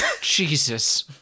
Jesus